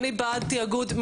אני בעד תאגוד,